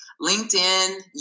LinkedIn